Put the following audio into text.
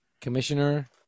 Commissioner